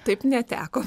taip neteko